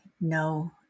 No